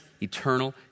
eternal